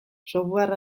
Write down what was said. software